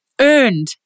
Earned